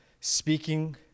speaking